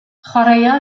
chwaraea